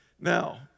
Now